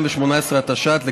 התשע"ט 2018,